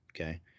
okay